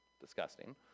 Disgusting